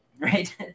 Right